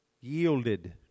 yielded